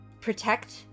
Protect